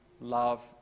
love